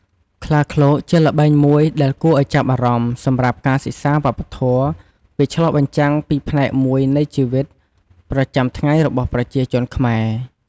ខ្លាឃ្លោកជាល្បែងមួយដែលគួរឱ្យចាប់អារម្មណ៍សម្រាប់ការសិក្សាវប្បធម៌វាឆ្លុះបញ្ចាំងពីផ្នែកមួយនៃជីវិតប្រចាំថ្ងៃរបស់ប្រជាជនខ្មែរ។